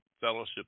Fellowship